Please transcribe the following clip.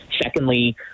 Secondly